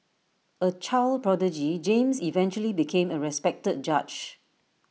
A child prodigy James eventually became A respected judge